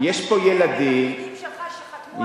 אבל פקידים שלך שחתמו על,